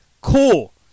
Cool